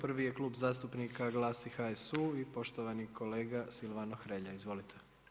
Prvi je Klub zastupnika GLAS i HSU i poštovani kolega Silvano Hrelja, izvolite.